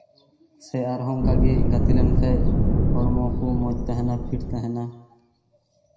ᱥᱮ ᱟᱨ ᱦᱚᱸ ᱚᱱᱠᱟ ᱜᱮ ᱜᱟᱛᱮ ᱞᱮᱱᱠᱷᱟᱡ ᱦᱚᱲᱢᱚ ᱠᱚ ᱢᱚᱡᱽ ᱛᱟᱦᱮᱱᱟ ᱯᱷᱤᱴ ᱛᱟᱦᱮᱱᱟ